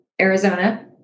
Arizona